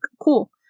cool